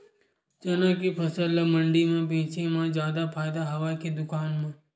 चना के फसल ल मंडी म बेचे म जादा फ़ायदा हवय के दुकान म?